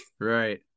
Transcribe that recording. Right